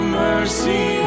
mercy